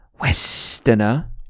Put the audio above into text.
Westerner